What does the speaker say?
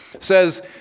says